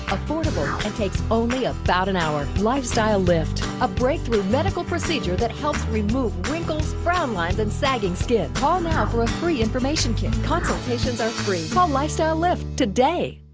affordable, and takes only about an hour. lifestyle lift, a breakthrough medical procedure that helps remove wrinkles, frown lines and sagging skin. call now for a free information kit. consultations are free. call um lifestyle lift today.